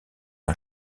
une